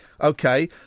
Okay